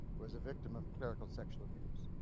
was a victim of political sexual abuse.